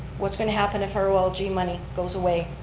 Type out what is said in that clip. what's going to happen if our olg money goes away?